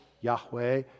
Yahweh